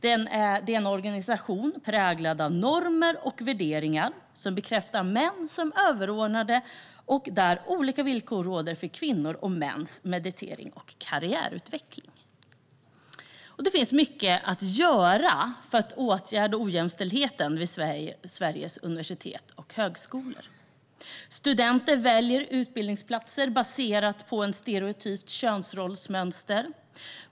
Det är en organisation präglad av normer och värderingar som bekräftar män som överordnade och där olika villkor råder för kvinnors och mäns meritering och karriärutveckling. Det finns mycket att göra för att åtgärda ojämställdheten vid Sveriges universitet och högskolor. Studenter väljer utbildningsplatser baserat på stereotypa könsrollsmönster.